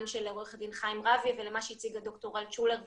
גם של עורך הדין חיים רביה ולמה שהציגו ד"ר אלטשולר ופרופ'